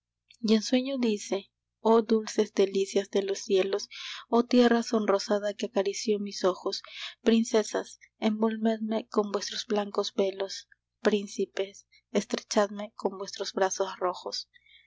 en sueño dice oh dulces delicias de los cielos oh tierra sonrosada que acarició mis ojos princesas envolvedme con vuestros blancos velos príncipes estrechadme con vuestros brazos rojos